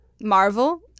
Marvel